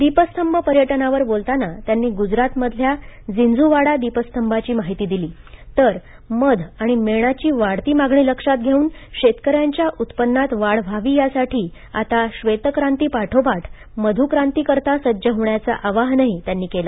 दीपस्तंभ पर्यटनावर बोलताना त्यांनी गुजरात मधल्या जिन्झूवाडा दीपस्तंभाची माहिती दिली तर मध आणि मेणाची वाढती मागणी लक्षात घेऊन शेतकऱ्यांच्या उत्पन्नात वाढ व्हावी यासाठी आता श्वेतक्रांती पाठोपाठ मधुक्रांतीकरता सज्ज होण्याचं आवाहनही केलं